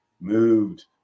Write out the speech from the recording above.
moved